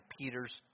Peter's